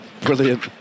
brilliant